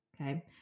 okay